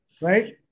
Right